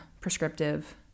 prescriptive